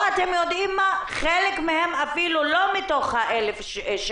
אתם יודעים מה, אפילו לא מתוך 1,600,